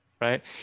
right